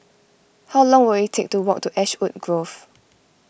how long will it take to walk to Ashwood Grove